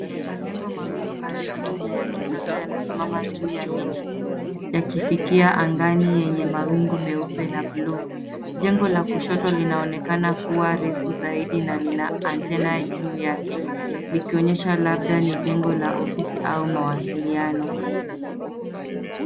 Majengo mawili marefu na ya kisasa yanasimama juu ya miti yakifikia angani yenye mawingu meupe na bluu. Jengo la kushoto linaonekana kuwa refu zaidi na lina antenna juu yake likionyesha labda ni jengo la ofisi au mawasiliano.